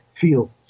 feel